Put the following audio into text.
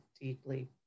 deeply